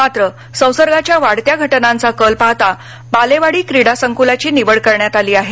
मात्र संसर्गाच्या वाढत्या घटनांचा कल पाहता बालेवाडी क्रीडा संकुलाची निवड करण्यात आली आहे